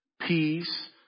peace